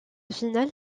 finale